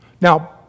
Now